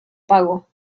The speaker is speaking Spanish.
pago